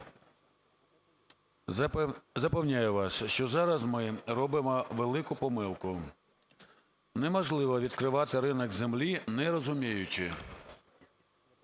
Запевняю вас, що зараз ми робимо велику помилку. Неможливо відкривати ринок землі, не розуміючи,